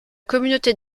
communauté